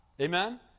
Amen